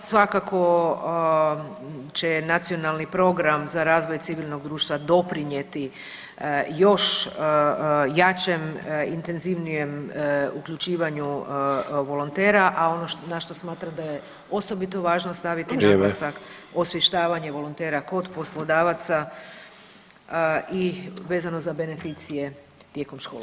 Svakako će Nacionalni program za razvoj civilnog društva doprinijeti još jačem, intenzivnijem uključivanju volontera, a ono na što smatram da je osobito važno staviti naglasak [[Upadica: Vrijeme.]] osvještavanje volontera kod poslodavaca i vezano za benficije tijekom školovanja.